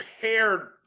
paired